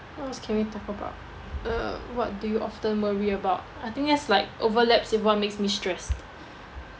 what else can we talk about uh what do you often worry about I think that's like overlaps with what makes me stressed